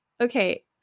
okay